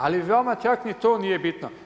Ali vama čak ni to nije bitno.